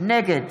נגד